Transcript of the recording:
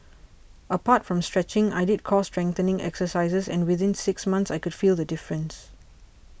apart from stretching i did core strengthening exercises and within six months I could feel the difference